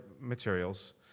materials